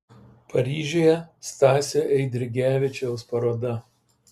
paryžiuje stasio eidrigevičiaus paroda